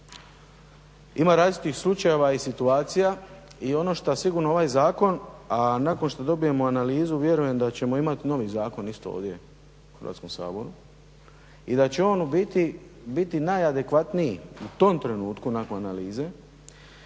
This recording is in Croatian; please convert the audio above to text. ima različitih slučajeva i situacija. I ono što sigurno ovaj zakon a nakon što dobijemo analizu vjerujem da ćemo imati novi zakon isto ovdje u Hrvatskom saboru, i da će on u biti biti najadekvatniji u tom trenutku nakon analize